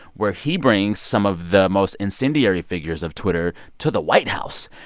where he brings some of the most incendiary figures of twitter to the white house.